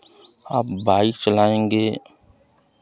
आप बाइक चलाएंगे